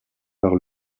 par